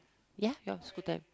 ya your school time